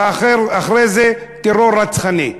ואחרי זה טרור רצחני.